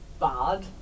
bad